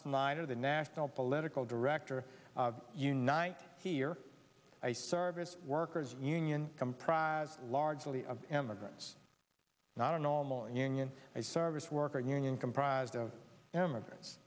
snyder the national political director unite here a service workers union comprised largely of immigrants not a normal union a service worker union comprised of immigrants